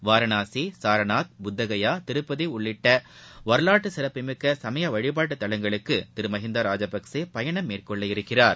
வாரணாசி சாரநாத் புத்தகயா திருப்பதி உள்ளிட்ட வரலாற்றுச் சிறப்புமிக்க சமய வழிபாட்டு தலங்களுக்கு திரு மகிந்தா ராஜபக்சே பயணம் மேற்கொள்ளவிருக்கிறார்